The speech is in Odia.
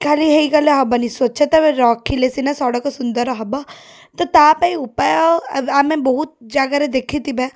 ଖାଲି ହେଇଗଲେ ହବନି ସ୍ୱଚ୍ଛତା ରଖିଲେ ସିନା ସଡ଼କ ସୁନ୍ଦର ହବ ତ ତା' ପାଇଁ ଉପାୟ ଆମେ ବହୁତ ଜାଗାରେ ଦେଖିଥିବେ